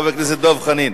חבר הכנסת דב חנין.